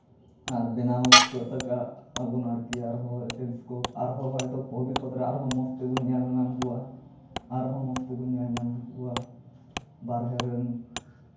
ᱟᱨ ᱵᱮᱱᱟᱣ ᱠᱚᱛᱮᱜ ᱟᱜ ᱟᱵᱚ ᱟᱨᱠᱤ ᱟᱨᱦᱚᱸ ᱴᱮᱞᱤᱥᱠᱳᱯ ᱟᱨᱦᱚᱸ ᱦᱚᱭᱛᱳ ᱵᱷᱚᱵᱤᱥᱥᱚᱛ ᱨᱮ ᱟᱨᱦᱚᱸ ᱢᱚᱡᱽ ᱛᱮᱵᱚᱱ ᱧᱮᱞ ᱧᱟᱢ ᱠᱚᱣᱟ ᱟᱨᱦᱚᱸ ᱢᱚᱡᱽ ᱛᱮᱵᱚᱱ ᱧᱮᱞ ᱧᱟᱢ ᱠᱚᱣᱟ ᱵᱟᱦᱨᱮ ᱨᱮᱱ